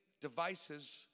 devices